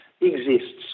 exists